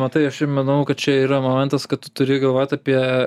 matai aš čia manau kad čia yra momentas kad tu turi galvot apie